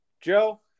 Joe